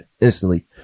instantly